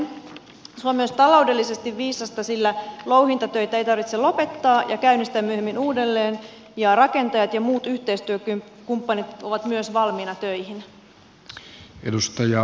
se on myös taloudellisesti viisasta sillä louhintatöitä ei tarvitse lopettaa ja käynnistää myöhemmin uudelleen ja rakentajat ja muut yhteistyökumppanit ovat myös valmiina töihin